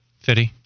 fitty